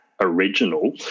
original